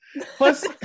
plus